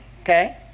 Okay